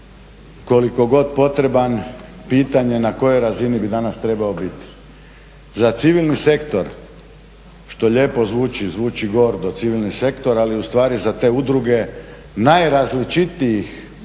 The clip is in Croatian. koliko god potreban pitanje na kojoj razini bi danas trebao biti. Za civilni sektor što lijepo zvuči, zvuči gordo, civilni sektor ali ustvari za te udruge najrazličitijih